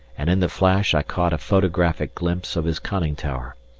and in the flash i caught a photographic glimpse of his conning tower,